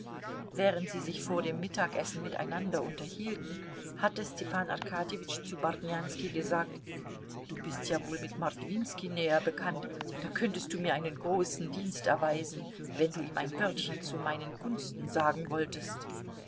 während sie sich vor dem mittagessen miteinander unterhielten hatte stepan arkadjewitsch zu bartnjanski gesagt du bist ja wohl mit mordwinski näher bekannt da könntest du mir einen großen dienst erweisen wenn du ihm ein wörtchen zu meinen gunsten sagen wolltest